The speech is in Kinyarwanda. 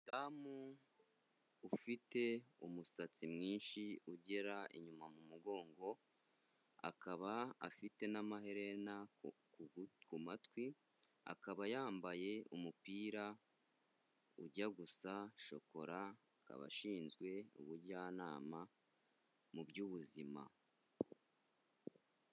Umudamu ufite umusatsi mwinshi ugera inyuma mu mugongo, akaba afite n'amaherena ku matwi, akaba yambaye umupira ujya gusa shokora, akaba ashinzwe ubujyanama mu by'ubuzima.